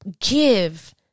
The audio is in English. give